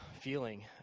feeling